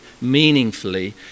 meaningfully